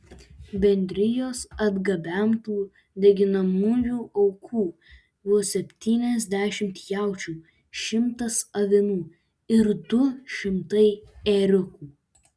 bendrijos atgabentų deginamųjų aukų buvo septyniasdešimt jaučių šimtas avinų ir du šimtai ėriukų